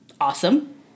awesome